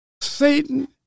Satan